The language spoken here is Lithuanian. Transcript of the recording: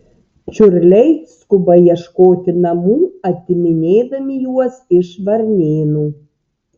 čiurliai skuba ieškoti namų atiminėdami juos iš varnėnų